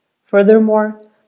Furthermore